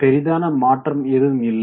பெரிதான மாற்றம் ஏதும் இல்லை